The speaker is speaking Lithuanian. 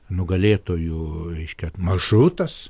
nugalėtojų reiškia maršrutas